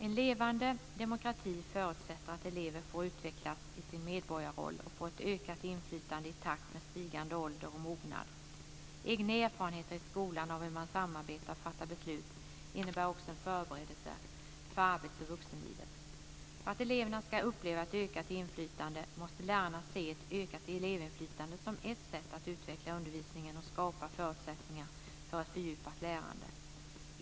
En levande demokrati förutsätter att elever får utvecklas i sin medborgarroll och får ett ökat inflytande i takt med stigande ålder och mognad. Egna erfarenheter i skolan av hur man samarbetar och fattar beslut innebär också en förberedelse för arbets och vuxenlivet. För att eleverna ska uppleva ett ökat inflytande måste lärarna se ett ökat elevinflytande som ett sätt att utveckla undervisningen och skapa förutsättningar för ett fördjupat lärande.